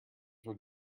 were